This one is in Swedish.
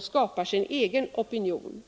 skapar sin egen opinion.